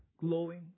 glowing